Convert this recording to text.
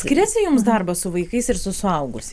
skiriasi jums darbas su vaikais ir su suaugusiais